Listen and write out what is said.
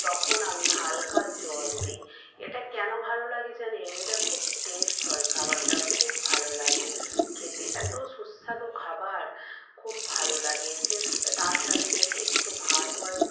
তখন আমি হালকা জল দিই এটা কেন ভালো লাগে জানেন এটা খুব টেস্ট হয় খাবারটার খুব ভালো লাগে খেতে এত সুস্বাদু খাবার খুব ভালো লাগে যে তার সাথে যদি একটু ভাত হয়